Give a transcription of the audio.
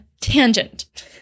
tangent